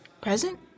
Present